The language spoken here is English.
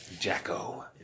Jacko